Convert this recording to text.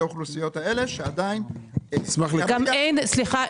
האוכלוסיות האלה שעדיין --- סליחה,